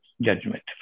judgment